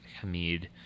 Hamid